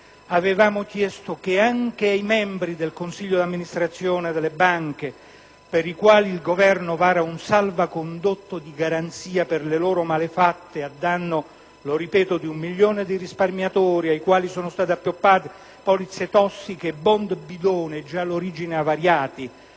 Avevamo chiesto che anche ai membri del consiglio di amministrazione delle banche, per i quali il Governo vara un salvacondotto di garanzia per le loro malefatte a danno - lo ripeto - di un milione di risparmiatori ai quali sono stati appioppati polizze tossiche e *bond* bidone già all'origine avariati